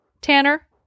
Tanner